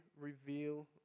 reveal